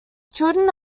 children